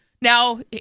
Now